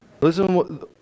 Listen